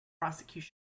prosecution